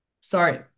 sorry